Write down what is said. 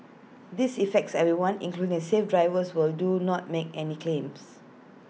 this affects everyone including safe drivers who'll do not make any claims